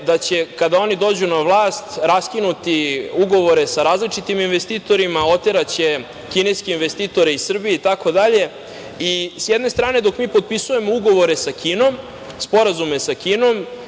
da će kada oni dođu na vlast, raskinuti ugovore sa različitim investitorima, oteraće kineske investitore iz Srbije itd. i sa jedne strane dok potpisujemo ugovore sa Kinom, sporazume sa Kinom